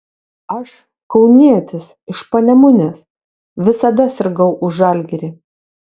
aš kaunietis iš panemunės visada sirgau už žalgirį